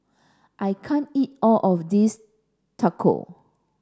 I can't eat all of this Taco